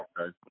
Okay